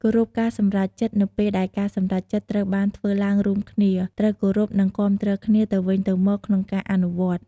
គោរពការសម្រេចចិត្ត នៅពេលដែលការសម្រេចចិត្តត្រូវបានធ្វើឡើងរួមគ្នា ត្រូវគោរព និងគាំទ្រគ្នាទៅវិញទៅមកក្នុងការអនុវត្ត។